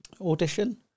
Audition